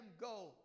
go